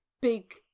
big